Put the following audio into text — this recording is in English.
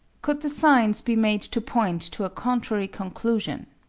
could the signs be made to point to a contrary conclusion?